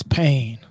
pain